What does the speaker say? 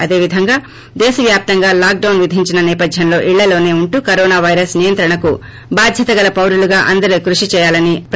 అదే విధంగా దేశ వ్యాప్తంగా లాక్ డౌన్ విధించిన సేపథ్యంలో ఇళ్లలోనే ఉంటూ కరోనా వైరస్ నియంత్రణకు బాధ్యతగల పారులుగా అందరూ కృషి చేయాల్సిన అవసరం ఉంది